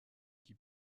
qui